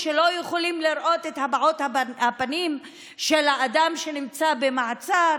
שלא יכולים לראות את הבעות הפנים של האדם שנמצא במעצר,